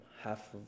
half